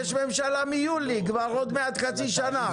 יש ממשלה מיולי, כבר עוד מעט חצי שנה.